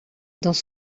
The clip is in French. dans